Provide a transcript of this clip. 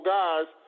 guys